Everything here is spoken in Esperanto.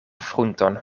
frunton